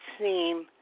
seem